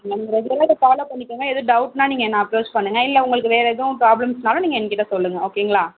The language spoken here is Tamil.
நம்ம ரெகுலராக இதை ஃபாலோ பண்ணிக்கோங்க எதாவது டவுட்ன்னா நீங்கள் என்ன அப்ரோச் பண்ணுங்கள் இல்லை உங்களுக்கு வேறு எதுவும் பிராப்லெம்ஸ்னாலும் நீங்கள் என்கிட்டே சொல்லுங்கள் ஓகேங்ளா